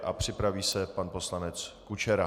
A připraví se pan poslanec Kučera.